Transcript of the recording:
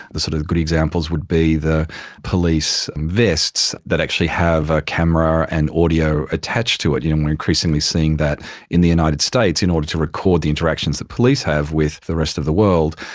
the sort of good examples would be the police vests that actually have a camera and audio attached to it. you know we are increasingly seeing that in the united states in order to record the interactions that police have with the rest of the world.